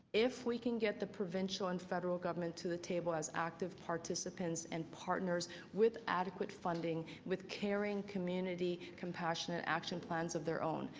if we can get provincial and federal government to the table as active participants and partners with adequate funding with caring community compassionate action plans of their own.